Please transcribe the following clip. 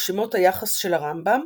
ברשימות היחס של הרמב"ם,